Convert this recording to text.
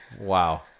Wow